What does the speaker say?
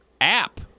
app